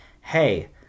hey